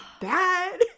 bad